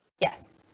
yes.